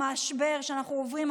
המשבר שאנחנו עוברים,